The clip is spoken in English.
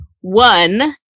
one